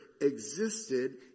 existed